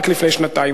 רק לפני שנתיים,